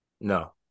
No